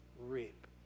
reap